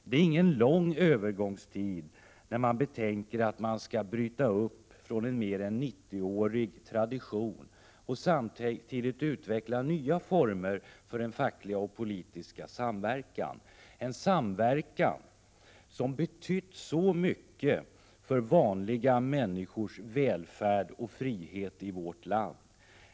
Det är ingen lång övergångstid, när man betänker att man skall bryta upp från en mer än 90-årig tradition och samtidigt utveckla nya former för den fackliga och politiska samverkan, en samverkan som har betytt så mycket för vanliga människors välfärd och frihet i vårt land.